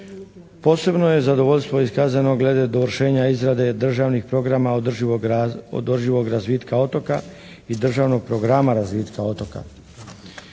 Posebno je zadovoljstvo iskazano glede dovršenja izrade državnih programa održivog razvitka otoka iz državnog programa razvitka otoka.